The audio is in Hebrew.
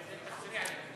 תחזרי על זה.